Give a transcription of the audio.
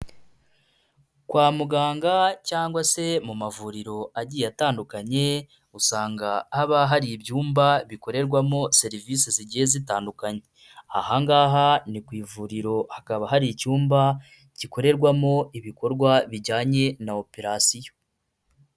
Kwa muganga cyangwa se mu mavuriro agiye atandukanye, usanga haba hari ibyumba bikorerwamo serivisi zigiye zitandukanye. Ahangaha ni ku ivuriro, hakaba hari icyumba gikorerwamo ibikorwa bijyanye na operatiion.